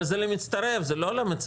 אבל זה למצטרף, זה לא למצרף.